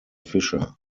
fischer